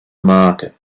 market